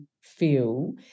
feel